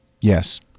Yes